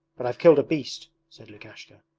but i've killed a beast said lukashka,